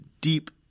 deep